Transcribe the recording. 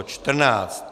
14.